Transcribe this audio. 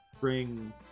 Bring